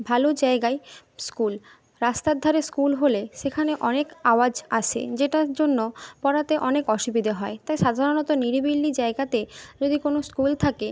ভালো জায়গায় স্কুল রাস্তার ধারে স্কুল হলে সেখানে অনেক আওয়াজ আসে যেটার জন্য পড়াতে অনেক অসুবিধে হয় তাই সাধারণত নিরিবিলি জায়গাতে যদি কোনো স্কুল থাকে